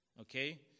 Okay